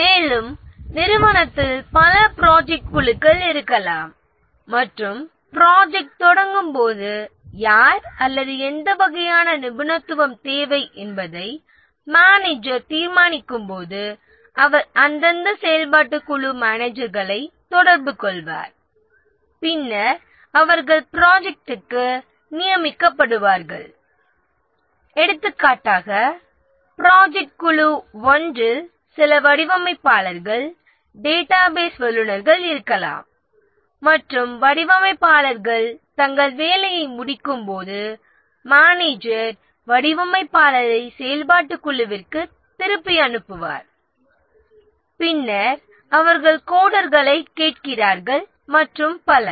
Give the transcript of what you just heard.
மேலும் நிறுவனத்தில் பல ப்ரொஜெக்ட் குழுக்கள் இருக்கலாம் மற்றும் ப்ரொஜெக்ட் தொடங்கும் போது யார் அல்லது எந்த வகையான நிபுணத்துவம் தேவை என்பதை மேனேஜர் தீர்மானிக்கும்போது அவர் அந்தந்த செயல்பாட்டுக் குழு மேனேஜர்களைத் தொடர்புகொள்வார் பின்னர் அவர்கள் ப்ரொஜெக்ட்டிற்கு நியமிக்கப்படுவார்கள் எடுத்துக்காட்டாக ப்ரொஜெக்ட் குழு 1 இல் சில வடிவமைப்பாளர்கள் டேட்டாபேஸ் வல்லுநர்கள் இருக்கலாம் மற்றும் வடிவமைப்பாளர்கள் தங்கள் வேலையை முடிக்கும்போது மேனேஜர் வடிவமைப்பாளரை செயல்பாட்டுக் குழுவிற்கு திருப்பி அனுப்புவார்பின்னர் அவர்கள் கோடர்களைக் கேட்கிறார்கள் மற்றும் பல